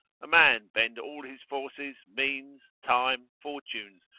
a man bend all his forces, means, time, fortunes,